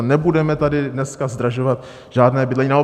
Nebudeme tady dneska zdražovat žádné bydlení.